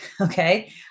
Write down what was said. okay